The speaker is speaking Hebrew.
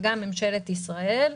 וגם ממשלת ישראל,